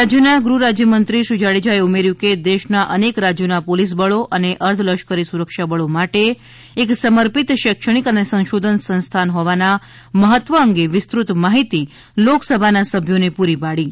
રાજ્યના ગુહ રાજ્યમંત્રીશ્રી જાડેજાએ ઉમેર્યું કે દેશના અનેક રાજ્યોના પોલીસ બળો તથા અર્ધલશ્કરી સુરક્ષા બળો માટે એક સમર્પિત શૈક્ષણિક અને સંશોધન સંસ્થાન હોવાના મહત્વ અંગે વિસ્તૃત માહિતી લોક સભાના સભ્યોને પૂરી પાડી હતી